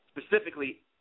specifically